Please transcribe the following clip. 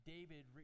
David